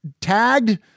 tagged